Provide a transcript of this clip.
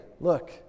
look